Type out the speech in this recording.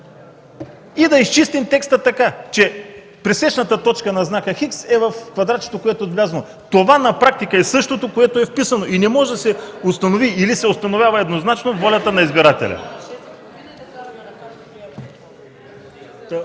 и да изчистим текста: „пресечната точка на знака „Х” е в квадратчето, което е отбелязано”. Това на практика е същото, което е вписано, но се установява еднозначно волята на избирателя.